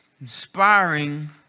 inspiring